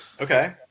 Okay